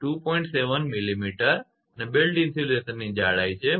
7 millimetre millimetre અને belt ઇન્સ્યુલેશનની જાડાઈ છે 1